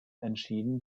entschieden